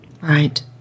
Right